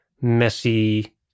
messy